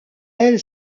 elle